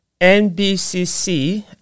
NBCC